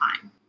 time